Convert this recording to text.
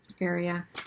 area